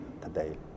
today